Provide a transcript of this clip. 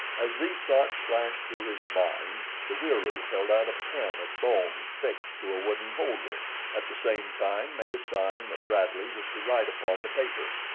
as these thoughts flashed through his mind, the wieroo held out a pen of bone fixed to a wooden holder at the same time made a sign that bradley was to write upon the paper.